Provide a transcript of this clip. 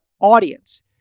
audience